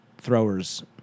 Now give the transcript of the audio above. throwers